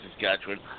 Saskatchewan